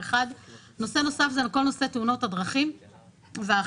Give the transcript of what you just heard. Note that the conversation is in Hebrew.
נושא נוסף זה כל נושא תאונות הדרכים והאכיפה.